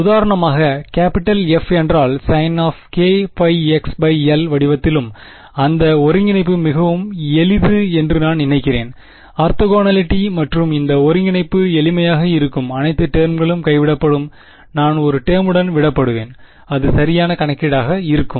உதாரணமாக capital F என்றால் sinkπxl வடிவத்திலும் அந்த ஒருங்கிணைப்பு மிகவும் எளிது என்று நான் நினைக்கிறேன் ஆர்த்தோகனாலிட்டி மற்றும் இந்த ஒருங்கிணைப்பு எளிமையாக இருக்கும் அனைத்து டெர்ம்களும் கைவிடப்படும் நான் ஒரு டெர்முடன் விடப்படுவேன் அது சரியான கணக்கீடாக இருக்கும்